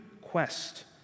quest